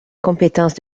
compétence